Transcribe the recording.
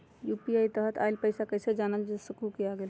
UPI के तहत आइल पैसा कईसे जानल जा सकहु की आ गेल?